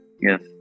yes